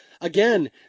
again